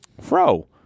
Fro